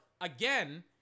again